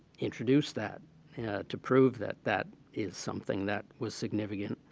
introduce that to prove that that is something that was significant.